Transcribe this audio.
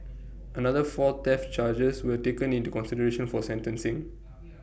another four theft charges were taken into consideration for sentencing